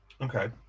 okay